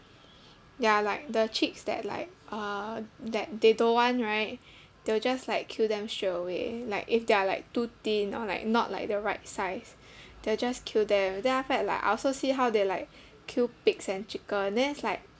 ya like the chicks that like uh that they don't want right they'll just like kill them straight away like if they are like too thin or like not like the right size they'll just kill them then after that like I also see how they like kill pigs and chicken then it's like